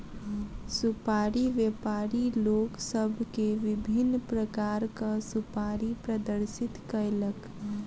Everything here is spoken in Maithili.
सुपाड़ी व्यापारी लोक सभ के विभिन्न प्रकारक सुपाड़ी प्रदर्शित कयलक